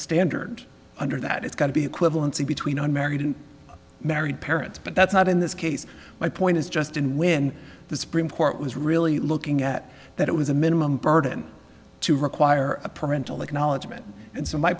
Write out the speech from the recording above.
standard under that it's got to be equivalency between unmarried and married parents but that's not in this case my point is just and when the supreme court was really looking at that it was a minimum burden to require a parental acknowledgement and so my